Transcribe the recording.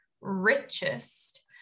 Richest